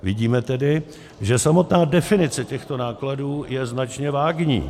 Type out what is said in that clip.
Vidíme tedy, že samotná definice těchto nákladů je značně vágní.